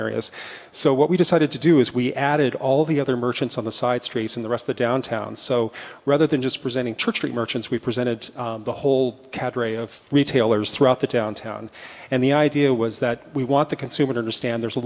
areas so what we decided to do is we added all the other merchants on the side streets in the rest the downtown so rather than just presenting church street merchants we presented the whole cadre of retailers throughout the downtown and the idea was that we want the consumer to understand there's a